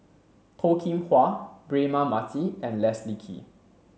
Toh Kim Hwa Braema Mathi and Leslie Kee